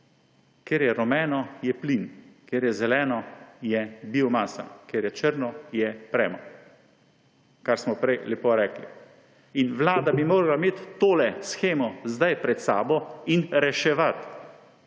Kjer je rumeno, je plin, kjer je zeleno, je biomasa, kjer je črno, je premog, kar smo prej lepo rekli. Vlada bi morala imeti tole shemo zdaj pred sabo in reševati;